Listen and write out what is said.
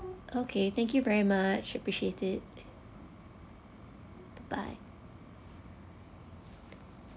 okay thank you very much appreciate it bye bye